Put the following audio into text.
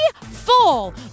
full